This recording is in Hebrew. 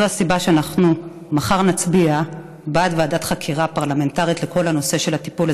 זו הסיבה שאנחנו מחר נצביע בעד ועדת חקירה פרלמנטרית לכל נושא הטיפול.